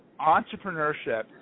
Entrepreneurship